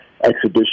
exhibition